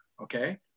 Okay